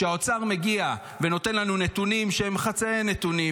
כשהאוצר מגיע ונותן לנו נתונים שהם חצאי נתונים,